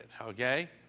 okay